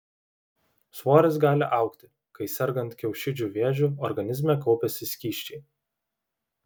svoris gali augti kai sergant kiaušidžių vėžiu organizme kaupiasi skysčiai